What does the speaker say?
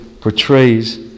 portrays